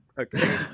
Okay